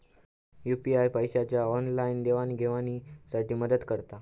UPI पैशाच्या online देवाणघेवाणी साठी मदत करता